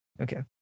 Okay